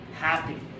happy